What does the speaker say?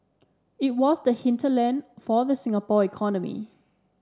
it was the hinterland for the Singapore economy